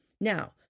Now